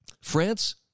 France